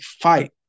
fight